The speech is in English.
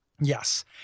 Yes